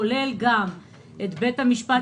כולל גם את בית המשפט,